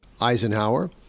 Eisenhower